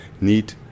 need